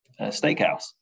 steakhouse